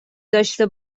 داشته